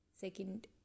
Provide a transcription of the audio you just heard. Second